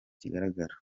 kigaragara